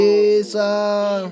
Jesus